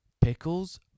Pickles